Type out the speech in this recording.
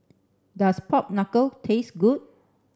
does pork knuckle taste good